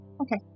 Okay